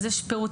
אז יש פירוט.